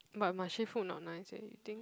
but Marche food not nice eh think